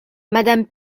madame